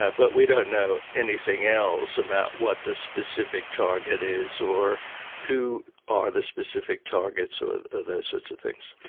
ah but we don't know anything else about what the specific target is or who are the specific targets or those sorts of things.